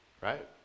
right